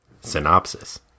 synopsis